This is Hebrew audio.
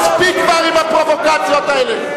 מספיק כבר עם הפרובוקציות האלה.